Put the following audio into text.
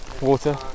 Water